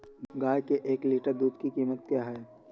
गाय के एक लीटर दूध की कीमत क्या है?